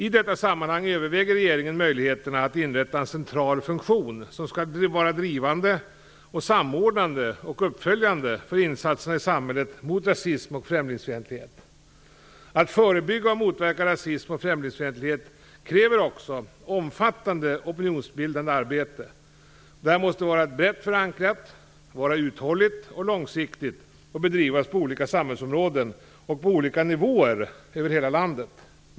I detta sammanhang överväger regeringen möjligheterna att inrätta en central funktion, som skall verka drivande, samordnande och uppföljande för insatserna i samhället mot rasism och främlingsfientlighet. Att förebygga och motverka rasism och främlingsfientlighet kräver också omfattande opinionsbildande arbete. Detta måste vara brett förankrat, vara uthålligt och långsiktigt och bedrivas på olika samhällsområden och på olika nivåer över hela landet.